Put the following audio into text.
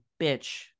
bitch